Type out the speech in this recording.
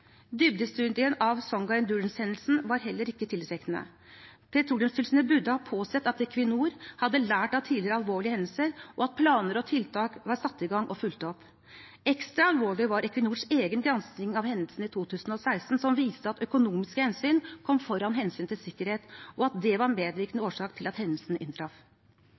Dybdestudien av Songa Endurance-hendelsen var heller ikke tillitvekkende. Petroleumstilsynet burde ha påsett at Equinor hadde lært av tidligere alvorlige hendelser, og at planer og tiltak var satt i gang og fulgt opp. Ekstra alvorlig var Equinors egen gransking av hendelsen i 2016, som viste at økonomiske hensyn kom foran hensynet til sikkerhet, og at det var en medvirkende årsak til at hendelsen inntraff.